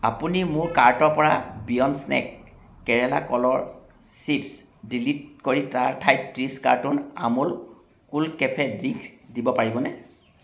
আপুনি মোৰ কাৰ্টৰ পৰা বিয়ণ্ড স্নেক কেৰেলাৰ কলৰ চিপ্ছ ডিলিট কৰি তাৰ ঠাইত ত্ৰিছ carton Amul Kool Cafe drink দিব পাৰিবনে